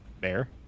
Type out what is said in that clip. Bear